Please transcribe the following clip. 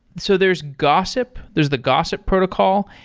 so there's gossip. there's the gossip protocol,